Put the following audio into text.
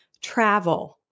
travel